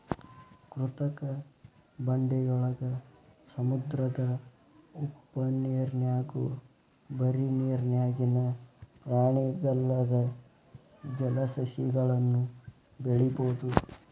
ಕೃತಕ ಬಂಡೆಯೊಳಗ, ಸಮುದ್ರದ ಉಪ್ಪನೇರ್ನ್ಯಾಗು ಬರಿ ನೇರಿನ್ಯಾಗಿನ ಪ್ರಾಣಿಗಲ್ಲದ ಜಲಸಸಿಗಳನ್ನು ಬೆಳಿಬೊದು